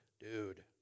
dude